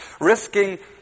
Risking